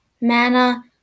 mana